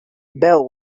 bell